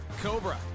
Cobra